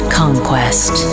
conquest